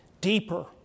deeper